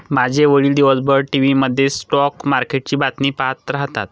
माझे वडील दिवसभर टीव्ही मध्ये स्टॉक मार्केटची बातमी पाहत राहतात